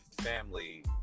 family